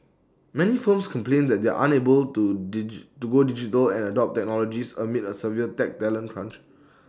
many firms complain that they are unable to go digital and adopt technologies amid A severe tech talent crunch